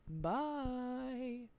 Bye